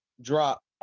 drop